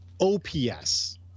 OPS